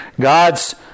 God's